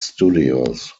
studios